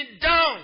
down